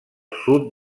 sud